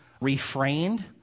refrained